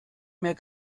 mehr